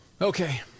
Okay